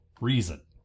reason